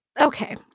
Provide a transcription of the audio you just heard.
okay